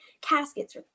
caskets